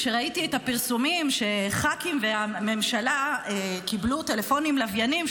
כשראיתי את הפרסומים שח"כים והממשלה קיבלו טלפונים לווייניים,